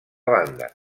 banda